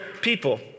people